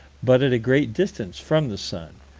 but at a great distance from the sun.